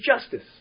justice